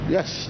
Yes